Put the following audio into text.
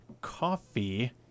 coffee